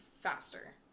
faster